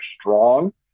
strong